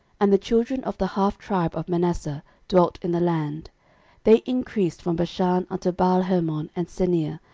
and the children of the half tribe of manasseh dwelt in the land they increased from bashan unto baalhermon and senir,